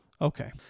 Okay